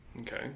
Okay